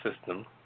system